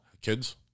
Kids